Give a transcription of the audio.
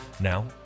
Now